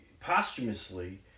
posthumously